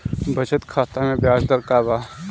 बचत खाता मे ब्याज दर का बा?